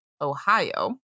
Ohio